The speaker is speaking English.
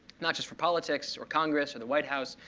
not just for politics or congress or the white house,